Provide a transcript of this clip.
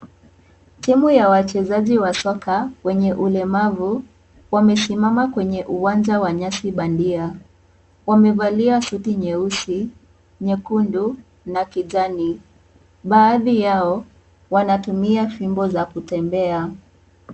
Timu ya wachezaji wa soko wenye ulemavu wamesimama kwenye uwanja wa nyasi bandia. Wamevalia suti nyeusi, nyekundu na kijani. Baadhi yao wanatumia fimbo za kutembea.